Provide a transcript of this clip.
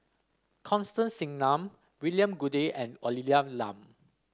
Constance Singam William Goode and Olivia Lum